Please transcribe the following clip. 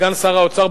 סגן שר האוצר,